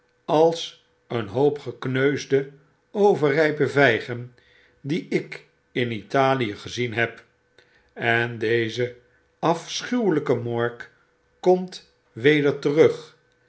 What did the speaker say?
als een hoop gekneusde overripe vjjgen die ik in italie gezien heb en deze afschuwelpe morgue komt weder terug